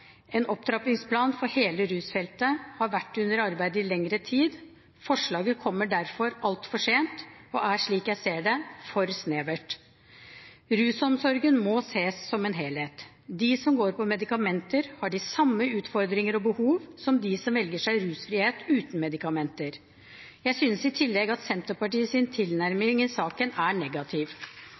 En opptrappingsplan for hele rusfeltet har vært under arbeid i lengre tid. Forslaget kommer derfor altfor sent og er – slik jeg ser det – for snevert. Rusomsorgen må ses som en helhet. De som går på medikamenter, har de samme utfordringer og behov som dem som velger seg rusfrihet uten medikamenter. Jeg synes i tillegg at Senterpartiets tilnærming i saken er negativ.